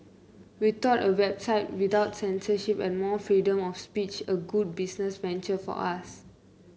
we thought a website without censorship and more freedom of speech a good business venture for us